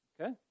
Okay